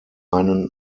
einen